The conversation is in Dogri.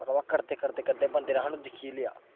भाव्रा करदे करदे करदे बंदे ने सानूं दिक्खी लेआ